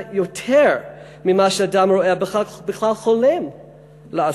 יותר ממה שאדם רואה בכלל חולם לעשות.